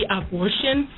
abortion